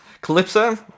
Calypso